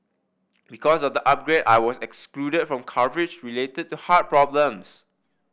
because of the upgrade I was excluded from coverage related the heart problems